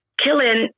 killing